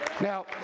Now